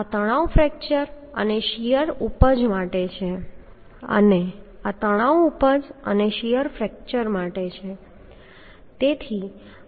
આ તણાવ ફ્રેક્ચર અને શીયર ઉપજ માટે છે અને આ તણાવ ઉપજ અને શીયર ફ્રેક્ચર માટે છે